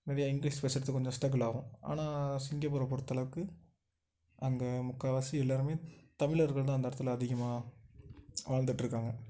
நிறையா இங்கிலிஷ் பேசுறத்துக்கு கொஞ்சம் ஸ்ட்ரகுள் ஆகும் ஆனால் சிங்கப்பூரை பொறுத்தளவுக்கு அங்கே முக்கால்வாசி எல்லாருமே தமிழர்கள் தான் அந்த இடத்துல அதிகமாக வாழ்ந்துகிட்ருக்காங்க